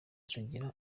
sugira